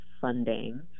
funding